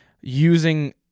using